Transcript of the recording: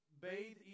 bathe